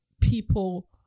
people